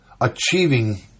achieving